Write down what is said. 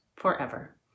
forever